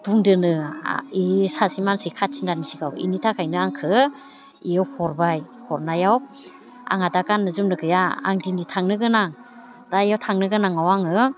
बुंदोनो ए सासे मानसि खाथिनायनि सिगाङाव बेनि थाखायनो आंखौ बियो हरबाय हरनायाव आंहा दा गाननो जुमनो गैया आं दिनै थांनो गोनां दा बेयाव थांनो गोनाङाव आङो